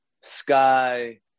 Sky